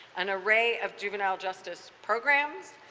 an array of juvenile justice programs,